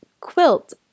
quilt